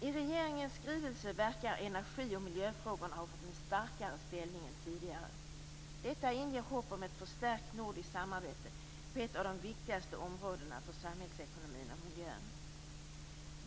I regeringens skrivelse verkar energi och miljöfrågorna ha fått en starkare ställning än tidigare. Detta inger hopp om ett förstärkt nordiskt samarbete på ett av de viktigaste områdena för samhällsekonomin och miljön.